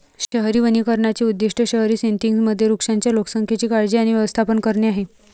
शहरी वनीकरणाचे उद्दीष्ट शहरी सेटिंग्जमधील वृक्षांच्या लोकसंख्येची काळजी आणि व्यवस्थापन करणे आहे